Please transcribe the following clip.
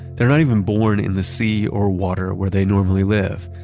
they're not even born in the sea or water where they normally live.